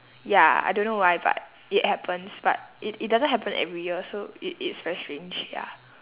ya I don't know why but it happens but it it doesn't happen every year so it is very strange ya